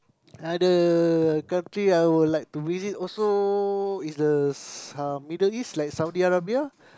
other country I would like to visit also is the uh Middle East like Saudi-Arabia